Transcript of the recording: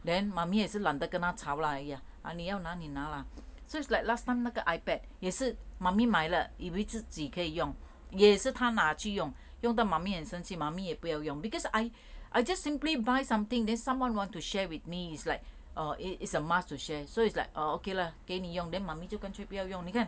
then mummy 也是懒得跟他吵 lah !aiya! 你要那你拿 lah so it's like last time 那个 ipad 也是 mummy 买了以为自己可以用也是他拿去用用到 mummy 很生气 mummy 也不要用 because I I just simply buy something then someone want to share with me is like i~ err is a must to share so it's like err okay lah 给你用 then mummy 就干脆不要用你看